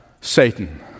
Satan